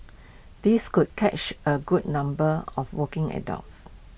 this could catch A good number of working adults